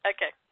Okay